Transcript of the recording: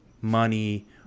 money